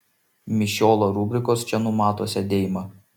mišiolo rubrikos čia numato sėdėjimą